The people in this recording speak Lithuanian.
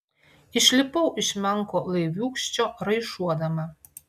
išlipau iš menko laiviūkščio raišuodama